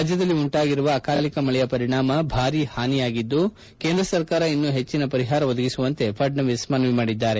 ರಾಜ್ಯದಲ್ಲಿ ಉಂಟಾಗಿರುವ ಅಕಾಲಿಕ ಮಳೆಯ ವರಿಣಾಮ ಭಾರೀ ಪಾನಿಯಾಗಿದ್ದು ಕೇಂದ್ರ ಸರ್ಕಾರ ಇನ್ನೂ ಪೆಜ್ವನ ಪರಿಹಾರ ಒದಗಿಸುವಂತೆ ಫಡ್ನವೀಸ್ ಮನವಿ ಮಾಡಿದ್ದಾರೆ